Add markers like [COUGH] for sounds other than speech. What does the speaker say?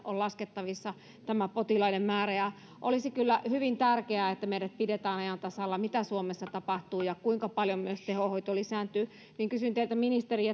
on laskettavissa tämä potilaiden määrä olisi kyllä hyvin tärkeää että meidät pidetään ajan tasalla siitä mitä suomessa tapahtuu ja kuinka paljon myös tehohoito lisääntyy kysyn teiltä ministeri [UNINTELLIGIBLE]